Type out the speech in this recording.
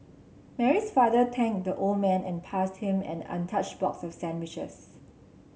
Mary's father thanked the old man and passed him an untouched box of sandwiches